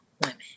women